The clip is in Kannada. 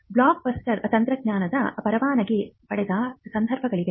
ಬ್ಲಾಕ್ಬಸ್ಟರ್ ತಂತ್ರಜ್ಞಾನದ ಪರವಾನಗಿ ಪಡೆದ ಸಂದರ್ಭಗಳಿವೆ